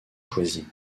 choisi